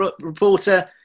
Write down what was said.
reporter –